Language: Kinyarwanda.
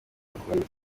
bakunda